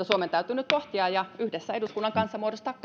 suomen täytyy nyt pohtia ja joista yhdessä eduskunnan kanssa täytyy muodostaa